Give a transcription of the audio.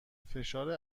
فشار